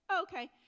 Okay